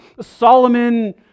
Solomon